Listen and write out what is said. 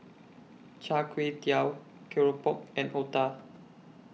Char Kway Teow Keropok and Otah